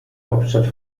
hauptstadt